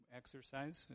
exercise